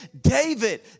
David